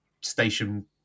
station